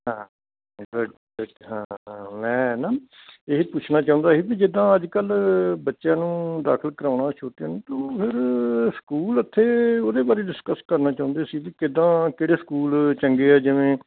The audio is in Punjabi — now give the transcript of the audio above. ਹਾਂ ਹਾਂ ਮੈਂ ਨਾ ਇਹ ਹੀ ਪੁੱਛਣਾ ਚਾਹੁੰਦਾ ਸੀ ਵੀ ਜਿੱਦਾਂ ਅੱਜ ਕੱਲ੍ਹ ਬੱਚਿਆਂ ਨੂੰ ਦਾਖਲ ਕਰਾਉਣਾ ਛੋਟੇ ਨੂੰ ਅਤੇ ਉਹ ਫਿਰ ਸਕੂਲ ਉੱਥੇ ਉਹਦੇ ਬਾਰੇ ਡਿਸਕਸ ਕਰਨਾ ਚਾਹੁੰਦੇ ਸੀ ਵੀ ਕਿੱਦਾਂ ਕਿਹੜੇ ਸਕੂਲ ਚੰਗੇ ਆ ਜਿਵੇਂ